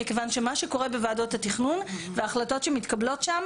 מכיוון שמה שקורה בוועדות התכנון וההחלטות שמתקבלות שם,